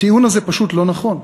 הטיעון הזה פשוט לא נכון.